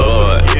Lord